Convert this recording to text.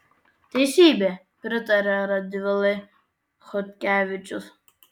teisybė pritaria radvilai chodkevičius